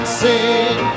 sing